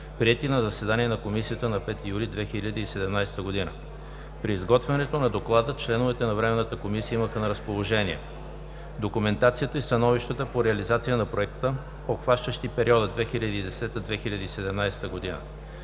приети на заседанието на комисията на 5 юли 2017 г. При изготвянето на Доклада членовете на Времената комисия имаха на разположение: - документацията и становища по реализация на Проекта, обхващащи периода 2010 – 2017 година